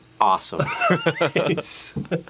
awesome